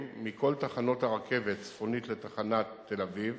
מכל תחנות הרכבת צפונית לתחנת תל-אביב,